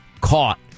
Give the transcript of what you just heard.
caught